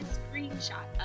screenshot